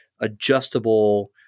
adjustable